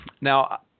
now